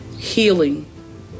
Healing